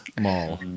Mall